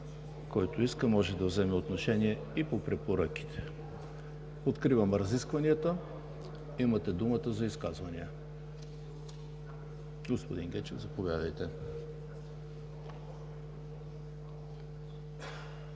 който иска, може да вземе отношение и по препоръките. Откривам разискванията. Имате думата за изказвания. Господин Гечев, заповядайте.